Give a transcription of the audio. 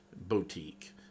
boutique